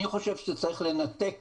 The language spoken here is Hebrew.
אני חושב שצריך לנתק